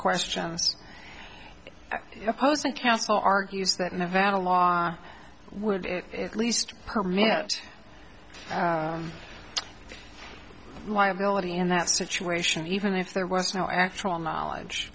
questions opposing counsel argues that nevada law would at least per minute liability in that situation even if there was no actual knowledge